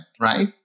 right